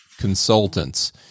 consultants